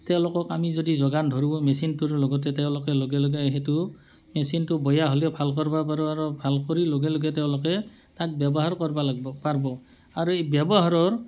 তেওঁলোকক আমি যদি যোগান ধৰিব মেচিনটোৰ লগতে তেওঁলোকে লগে লগে সেইটো মেচিনটো বেয়া হ'লেও ভাল কৰিব পাৰোঁ আৰু ভাল কৰি লগে লগে তেওঁলোকে তাক ব্যৱহাৰ কৰিব লাগিব পাৰিব আৰু এই ব্যৱহাৰৰ